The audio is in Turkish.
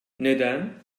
neden